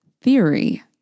theory